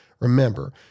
remember